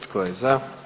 Tko je za?